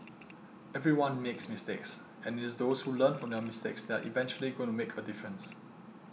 everyone makes mistakes and it is those who learn from their mistakes that are eventually gonna make a difference